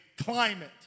climate